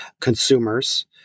Consumers